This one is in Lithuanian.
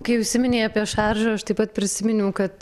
kai užsiminei apie šaržą aš taip pat prisiminiau kad